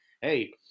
Hey